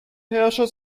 herrscher